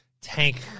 tank